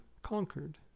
Conquered